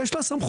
יש לה סמכות.